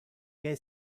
che